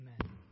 Amen